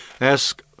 ask